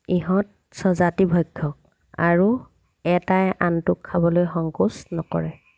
ইহঁত স্বজাতিভক্ষক আৰু এটাই আনটোক খাবলৈ সংকোচ নকৰে